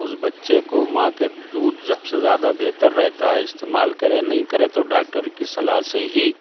اس بچے کو ماں کے دودھ سب سے زیادہ بہتر رہتا ہے استعمال کرے نہیں کرے تو ڈاکٹر کے صلاح سے ہی